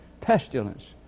pestilence